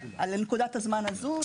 בנקודת הזמן הזאת,